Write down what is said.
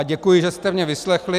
Děkuji, že jste mě vyslechli.